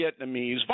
Vietnamese